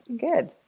Good